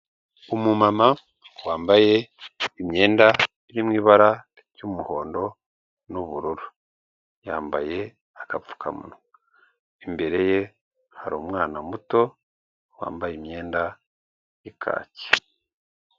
Umumama wambaye imyenda iri mu ibara ry'umuhondo n'ubururu, yambaye agapfukamunwa imbere ye hari umwana muto wambaye imyenda y'ikaki.